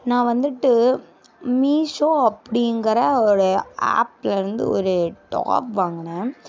நான் வந்துட்டு மீஷோ அப்பிடிங்கிற ஒரு ஆப்லேருந்து ஒரு டாப் வாங்கினேன்